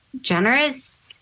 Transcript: generous